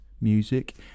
music